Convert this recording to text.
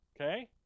Okay